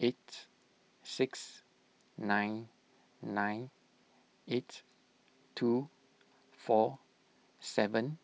eight six nine nine eight two four seven